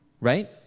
right